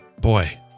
boy